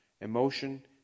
Emotion